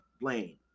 Blaine